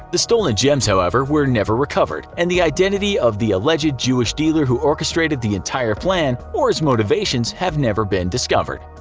the stolen gems however were never recovered, and the identity of the alleged jewish dealer who orchestrated the entire plan, or his motivations, have never been discovered.